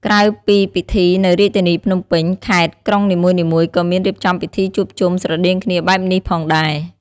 ក្រៅពីពិធីនៅរាជធានីភ្នំពេញ ខេត្ត-ក្រុងនីមួយៗក៏មានរៀបចំពិធីជួបជុំស្រដៀងគ្នាបែបនេះផងដែរ។